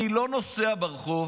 אני לא נוסע ברחוב,